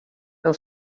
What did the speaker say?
não